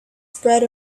spread